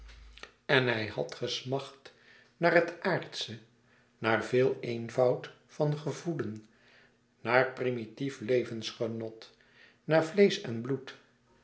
en had hij gesmacht naar het aardsche naar veel een voud van gevoelen naar primitief levensgenot naar vleesch en bloed